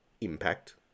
impact